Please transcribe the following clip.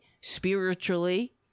spiritually